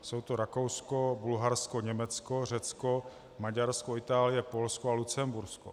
Jsou to Rakousko, Bulharsko, Německo, Řecko, Maďarsko, Itálie, Polsko a Lucembursko.